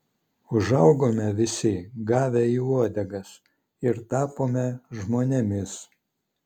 užaugome visi gavę į uodegas ir tapome žmonėmis